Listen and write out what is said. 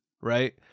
right